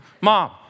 mom